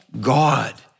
God